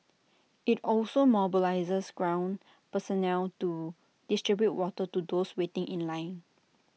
IT also mobilised ground personnel to distribute water to those waiting in line